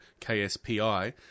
KSPI